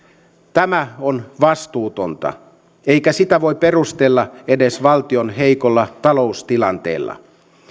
tämä on vastuutonta eikä sitä voi perustella edes valtion heikolla taloustilanteella